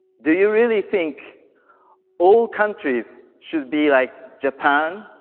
do you really think all countries should be like japan,